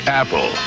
apple